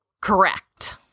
correct